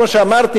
כמו שאמרתי,